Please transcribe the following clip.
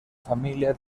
família